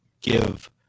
give